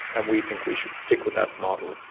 and we think we should stick with that model.